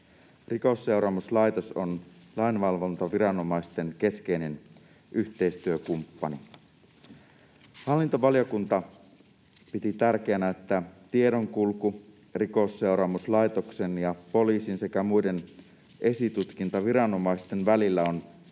Rikosseuraamuslaitos on lainvalvontaviranomaisten keskeinen yhteistyökumppani. Hallintovaliokunta piti tärkeänä, että tiedonkulku Rikosseuraamuslaitoksen ja poliisin sekä muiden esitutkintaviranomaisten välillä on